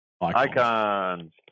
Icons